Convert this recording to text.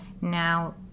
Now